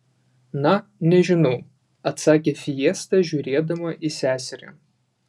na nežinau atsakė fiesta žiūrėdama į seserį